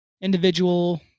individual